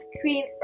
Queen